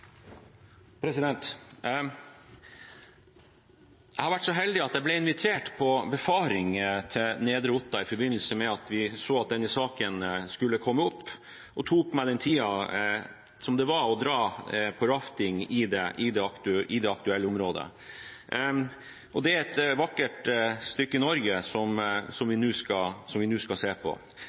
Stortinget. Jeg var så heldig at jeg ble invitert på befaring til Nedre Otta i forbindelse med at vi så at denne saken skulle komme opp, og jeg tok meg tid til å dra på rafting i det aktuelle området. Det er et vakkert stykke Norge som vi nå skal se på.